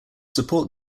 support